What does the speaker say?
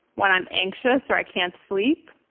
when i'm anxious or i can't sleep,